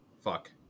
fuck